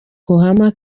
oklahoma